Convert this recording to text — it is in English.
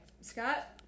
Scott